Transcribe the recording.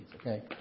okay